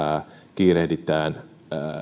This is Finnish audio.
kiirehditään